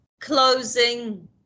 closing